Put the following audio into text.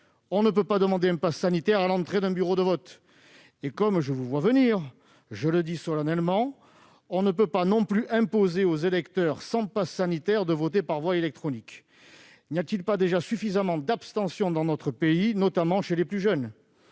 On ne peut pas demander un passe sanitaire à l'entrée d'un bureau de vote ! Comme je vous vois venir, je le dis solennellement : on ne peut pas non plus imposer aux électeurs n'ayant pas de passe sanitaire de voter par voie électronique. N'y a-t-il pas déjà suffisamment d'abstentions dans notre pays, notamment chez les plus jeunes ?